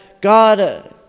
God